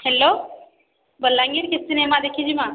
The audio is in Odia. ହ୍ୟାଲୋ ବଲାଙ୍ଗୀର୍କେ ସିନେମା ଦେଖିଯିମା